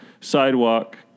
sidewalk